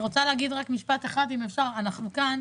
אנחנו כאן,